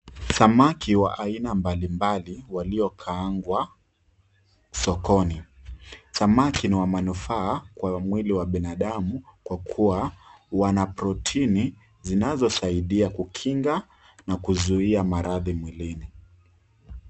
Samaki wa aina mbalimbali waliokaangwa sokoni. Samaki ni wa manufaa kwa mwili wa mwanadamu, kwa kuwa wana protini zinazosaidia na kukinga maradhi mwilini.